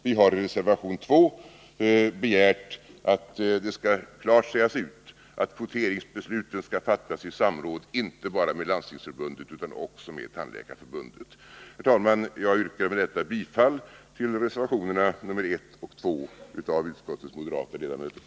Vi har i reservationen nr 2 begärt att det skall klart sägas ut att kvoteringsbesluten skall fattas i samråd med inte bara Landstingsförbundet utan också Tandläkarförbundet. Herr talman! Jag yrkar med detta bifall till reservationerna nr 1 och 2 av utskottets moderata ledamöter.